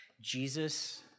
Jesus